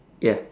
ya